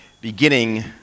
beginning